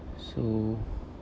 so